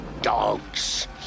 dogs